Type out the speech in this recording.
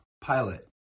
Pilot